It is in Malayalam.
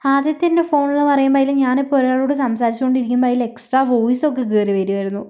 ആദ്യത്തെ എൻ്റെ ഫോണെന്ന് പറയുമ്പോൾ അതിൽ ഞാനിപ്പോൾ ഒരാളോട് സംസാരിച്ച് കൊണ്ടിരിക്കുമ്പോൾ അതിൽ എക്സ്ട്രാ വോയ്സൊക്കെ കയറി വരുമായിരുന്നു